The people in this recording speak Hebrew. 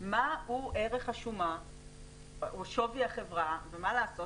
מה הוא ערך השומה או שווי החברה, ומה לעשות?